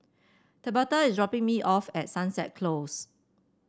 Tabatha is dropping me off at Sunset Close